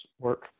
work